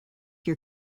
your